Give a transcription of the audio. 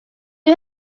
you